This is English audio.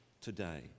today